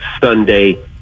Sunday